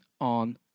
on